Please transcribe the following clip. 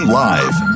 live